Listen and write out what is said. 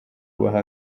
baha